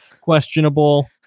questionable